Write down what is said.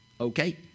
okay